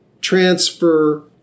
transfer